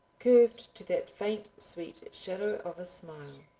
curved to that faint, sweet shadow of a smile.